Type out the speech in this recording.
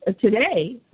today